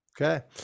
Okay